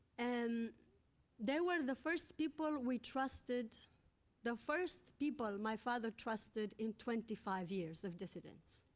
and they were the first people we trusted the first people my father trusted in twenty five years of dissidence.